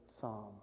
Psalm